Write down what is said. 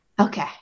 Okay